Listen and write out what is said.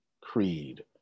creed